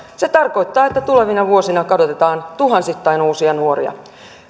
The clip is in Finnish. se tarkoittaa että tulevina vuosina kadotetaan tuhansittain uusia nuoria